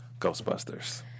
Ghostbusters